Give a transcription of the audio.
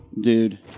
Dude